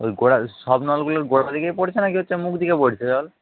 ওই গোড়া সব নলগুলোর গোড়াটা থেকেই পড়ছে না কি হচ্ছে মুখ দিকে পড়ছে জল